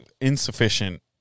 insufficient